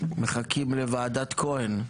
מחכים לוועדת כהן,